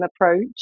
approach